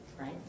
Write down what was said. right